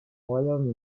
royaume